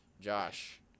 Josh